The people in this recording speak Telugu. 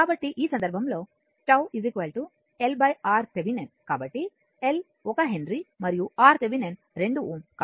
కాబట్టి ఈ సందర్భంలో τ L RThevenin కాబట్టి L 1 హెన్రీ మరియు RThevenin 2 Ω